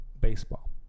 baseball